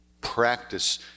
practice